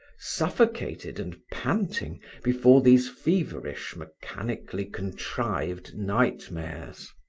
suffocated and panting before these feverish mechanically contrived nightmares.